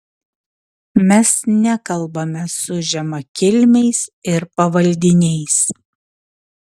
mes nekalbame su žemakilmiais ir pavaldiniais